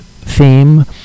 theme